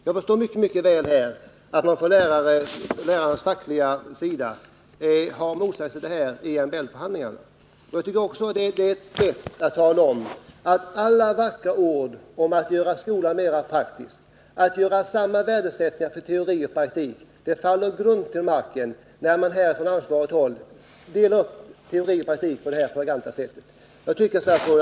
Jag förstår mycket väl att man från lärarnas fackliga organisation har motsatt sig detta vid MBL-förhandlingarna. Alla vackra ord om att göra skolan mera praktisk, att ha samma värderingar för teori och praktik, faller platt till marken när man på ansvarigt håll delar upp teori och praktik på det 143 här flagranta sättet.